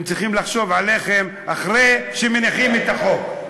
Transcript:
הם צריכים לחשוב עליכם אחרי שמניחים את החוק.